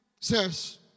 says